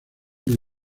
del